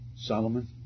Solomon